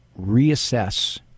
reassess